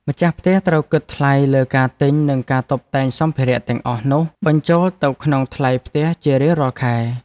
ម្ចាស់ផ្ទះត្រូវគិតថ្លៃលើការទិញនិងការតុបតែងសម្ភារៈទាំងអស់នោះបញ្ចូលទៅក្នុងថ្លៃផ្ទះជារៀងរាល់ខែ។